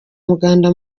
muganda